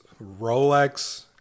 Rolex